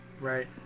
Right